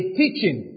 teaching